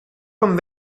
con